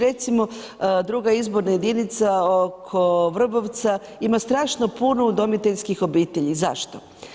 Recimo druga izborna jedinica oko Vrbovca ima strašno puno udomiteljskih obitelji, zašto?